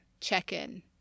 check-in